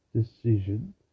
decision